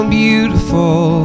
beautiful